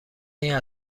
این